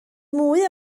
mwy